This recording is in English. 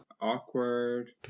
Awkward